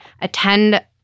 attend